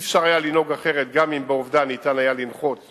לא היה אפשר לנהוג אחרת גם אם היה ניתן לנחות ב"עובדה".